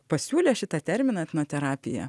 pasiūlė šitą terminą etnoterapija